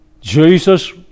Jesus